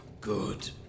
good